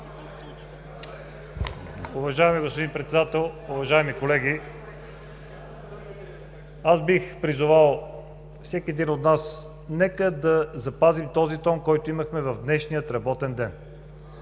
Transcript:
Уважаеми господин Председател, уважаеми колеги! Аз бих призовал всеки един от нас: нека да запазим този тон, който имахме в днешния работен ден,